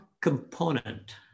component